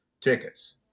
tickets